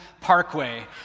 Parkway